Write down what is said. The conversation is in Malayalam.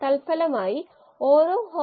പലരും അത് ഉപയോഗിക്കുന്നു